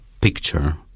picture